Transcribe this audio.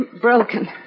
Broken